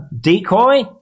decoy